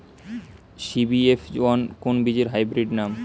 CBF one কোন বীজের hybrid নাম?